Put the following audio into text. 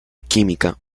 química